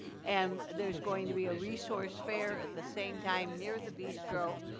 and there's going to be a resource fair at the same time near the bistro.